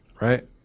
right